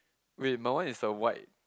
wait my one is the white